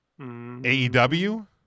AEW